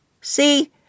See